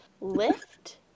lift